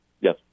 Yes